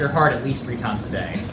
your heart at least three times a day